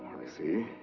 i see.